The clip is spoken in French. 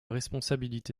responsabilité